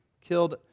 killed